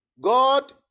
God